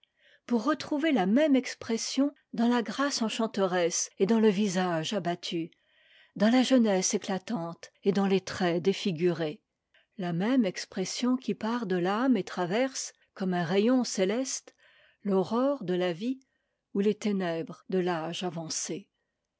pour retrouver la même expression dans la grâce enchanteresse et dans le visage abattu dans la jeunesse éclatante et dans les traits défigurés la même expression qui part de l'âme et traverse comme un rayon céleste l'aurore de la vie ou les ténèbres de l'âge avancé